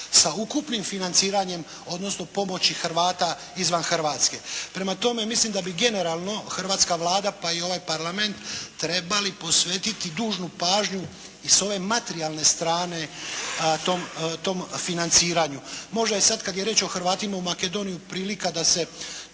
sa ukupnim financiranjem, odnosno pomoći Hrvata izvan Hrvatske. Prema tome, mislim da bi generalno hrvatska Vlada pa i ovaj Parlament trebali posvetiti dužnu pažnju i sa ove materijalne strane tom financiranju. Možda je sad kad je riječ o Hrvatima u Makedoniji prilika da se